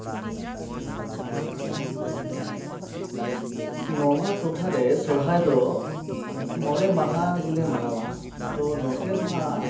ᱱᱚᱣᱟ ᱴᱚᱴᱷᱟ ᱨᱮ ᱥᱚᱨᱦᱟᱭ ᱫᱚ ᱢᱚᱬᱮ ᱢᱟᱦᱟ ᱜᱮᱞᱮ ᱢᱟᱱᱟᱣᱟ ᱟᱫᱚ ᱱᱚᱛᱮ ᱫᱚ ᱦᱟᱸᱜ